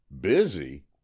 Busy